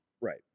right